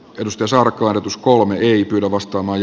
edustusarkorotus kolme riipivä vastaamaan